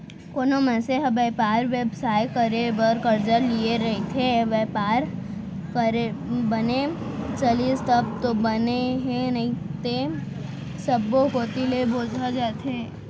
कोनो मनसे ह बयपार बेवसाय करे बर करजा लिये रइथे, बयपार बने चलिस तब तो बने हे नइते सब्बो कोती ले बोजा जथे